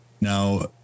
Now